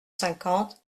cinquante